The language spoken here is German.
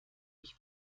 ich